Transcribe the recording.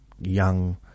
Young